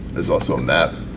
there's also a map